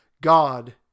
God